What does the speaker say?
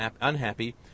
unhappy